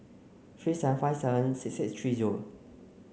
three seven five seven six six three zero